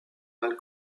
mal